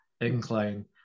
incline